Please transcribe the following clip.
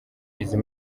izi